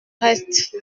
reste